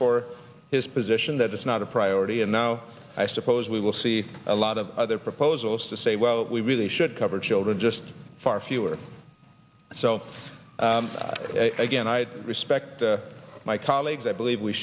for his position that it's not a priority and now i suppose we will see a lot of other proposals to say well we really should cover children just far fewer so again i respect my colleagues i believe we